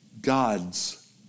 God's